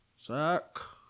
Suck